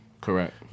correct